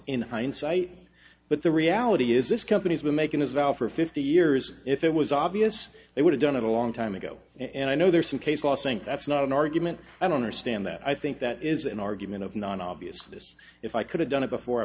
in hindsight but the reality is this company's been making a valve for fifty years if it was obvious they would have done it a long time ago and i know there's some case law saying that's not an argument i don't understand that i think that is an argument of non obvious if i could have done it before i